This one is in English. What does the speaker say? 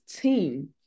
team